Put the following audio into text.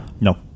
No